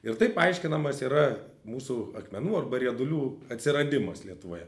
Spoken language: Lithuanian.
ir taip paaiškinamas yra mūsų akmenų arba riedulių atsiradimas lietuvoje